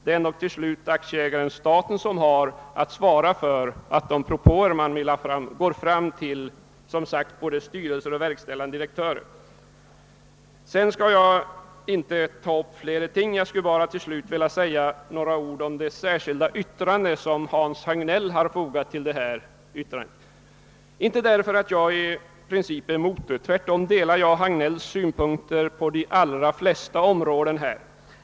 Det är ändå till slut aktieägaren staten som har att svara för att propåerna går fram till — som sagt — både styrelser och verkställande direktörer. Slutligen vill jag bara säga några ord om det särskilda yttrande som herr Hagnell har fogat till utlåtandet. Jag gör det inte därför att jag i princip är emot yttrandet — tvärtom delar jag herr Hagnells synpunkter i de allra flesta avseenden.